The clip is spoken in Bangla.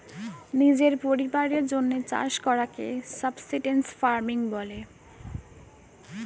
নিজের পরিবারের জন্যে চাষ করাকে সাবসিস্টেন্স ফার্মিং বলে